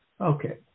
Okay